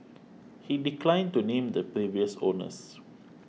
he declined to name the previous owners